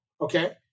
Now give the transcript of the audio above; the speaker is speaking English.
okay